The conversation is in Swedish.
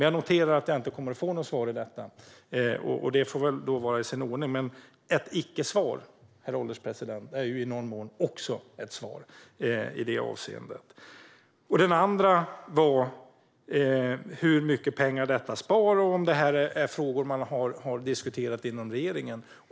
Jag noterar dock att jag inte kommer att få något svar på detta, och det får väl vara i sin ordning. Ett icke-svar, herr ålderspresident, är dock i någon mån också ett svar i det avseendet. Den andra frågan gällde hur mycket pengar detta sparar och om man har diskuterat dessa frågor inom regeringen.